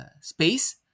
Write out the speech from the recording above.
space